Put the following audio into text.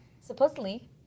Supposedly